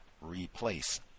Replace